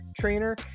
trainer